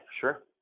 sure